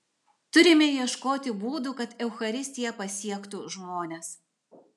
turime ieškoti būdų kad eucharistija pasiektų žmones